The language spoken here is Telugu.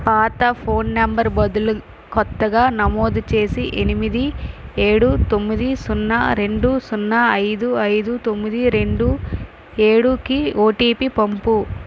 పాత ఫోన్ నంబర్ బదులు కొత్తగా నమోదు చేసి ఎనిమిది ఏడు తొమ్మిది సున్నా రెండు సున్నా ఐదు ఐదు తొమ్మిది రెండు ఏడుకి ఓటిపి పంపు